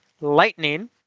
lightning